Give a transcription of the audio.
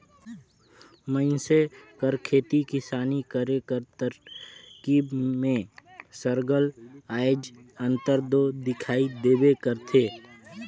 मइनसे कर खेती किसानी करे कर तरकीब में सरलग आएज अंतर दो दिखई देबे करथे